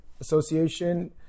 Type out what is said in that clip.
Association